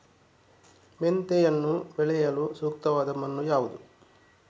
ಮೆಂತೆಯನ್ನು ಬೆಳೆಯಲು ಸೂಕ್ತವಾದ ಮಣ್ಣು ಯಾವುದು?